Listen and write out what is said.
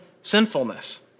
sinfulness